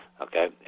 okay